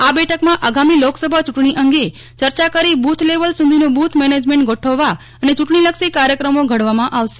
આ બેઠકમાં આગામી લોકસભા ચુંટણી અત્રે ચર્ચા કરી બુથ લેવલે સુધીનું બુથ મેનેજમેન્ટ ગોઠવવા અને ચુટણીલક્ષી કાર્યકમો ઘડવામાં આવશે